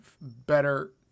better